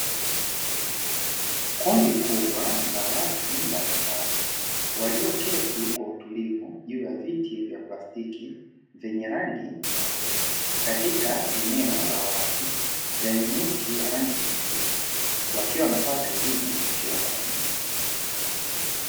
Kundi kubwa la watu mbalimbali walio keti kwa utulivu juu ya viti vya plastiki vyenye rangi nyeupe, katika eneo la wazi lenye miti ya rangi ya kijani kibichi wakiwa wanapata elimu isiyo rasmi.